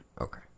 Okay